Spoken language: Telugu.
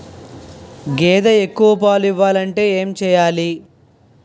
గేదె ఎక్కువ పాలు ఇవ్వాలంటే ఏంటి చెయాలి?